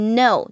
no